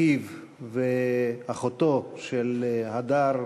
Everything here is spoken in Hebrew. אחיהם ואחותם של הדר,